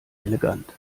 elegant